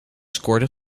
scoorden